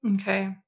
okay